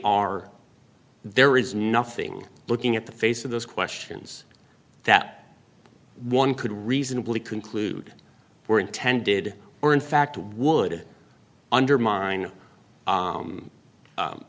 are there is nothing looking at the face of those questions that one could reasonably conclude were intended or in fact would undermine